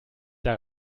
der